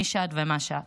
מי שאת ומה שאת.